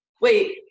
wait